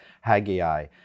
Haggai